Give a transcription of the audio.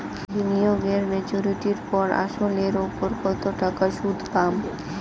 বিনিয়োগ এ মেচুরিটির পর আসল এর উপর কতো টাকা সুদ পাম?